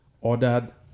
ordered